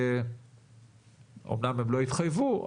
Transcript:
אומנם הם לא התחייבו,